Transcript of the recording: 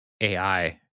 AI